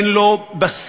אין לו בסיס.